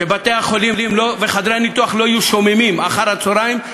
כדי שבתי-החולים וחדרי הניתוח לא יהיו שוממים אחר-הצהריים,